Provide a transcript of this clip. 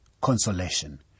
consolation